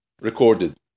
recorded